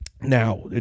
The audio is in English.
Now